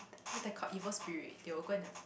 what's that called evil spirit they will go and like